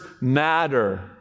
matter